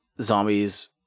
zombies